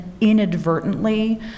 inadvertently